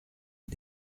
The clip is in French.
aux